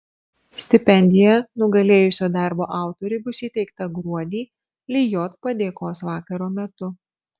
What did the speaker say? stipendija nugalėjusio darbo autoriui bus įteikta gruodį lijot padėkos vakaro metu